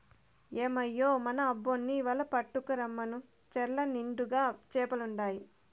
ఏమయ్యో మన అబ్బోన్ని వల పట్టుకు రమ్మను చెర్ల నిండుగా చేపలుండాయి